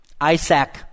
Isaac